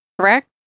correct